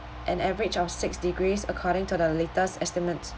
an average of six degrees according to the latest estimates